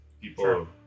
people